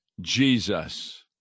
Jesus